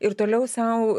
ir toliau sau